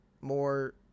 more